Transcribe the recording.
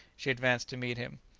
she advanced to meet him.